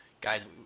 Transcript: guys